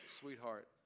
sweetheart